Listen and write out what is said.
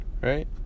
right